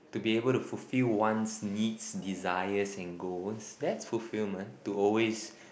to be able to fullfill one's needs desires and goals that's fulfilment to always